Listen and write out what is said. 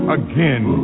again